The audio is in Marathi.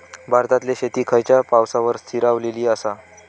भारतातले शेती खयच्या पावसावर स्थिरावलेली आसा?